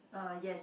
uh yes